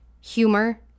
humor